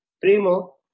primo